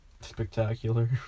Spectacular